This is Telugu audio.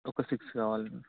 ఒక సిక్స్ కావాలి